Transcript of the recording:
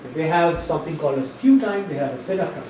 they have something called and skew time they have and set